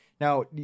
Now